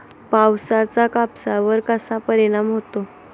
पावसाचा कापसावर कसा परिणाम होतो?